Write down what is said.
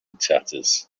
tatters